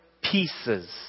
pieces